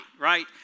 right